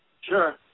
Sure